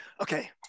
Okay